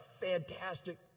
fantastic